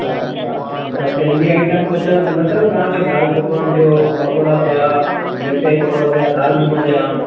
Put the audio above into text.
अछा त सिंधी आइटम कुझु न अथव तव्हांखे दाल पकवानु थियो पकोड़ा थिया मिर्चाई पकोड़ा थिया दाल मुङ थिया